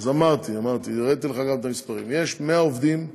יש עובדים גלובליים,